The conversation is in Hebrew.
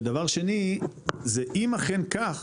ודבר שני זה אם אכן כך